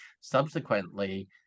subsequently